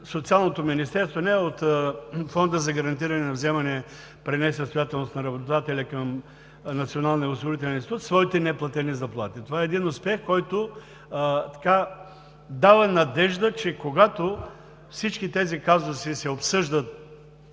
Социалното министерство, а от Фонда за гарантиране на вземания при несъстоятелност на работодателя към Националния осигурителен институт. Това е един успех, който дава надежда, че когато всички тези казуси се обсъждат